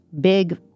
big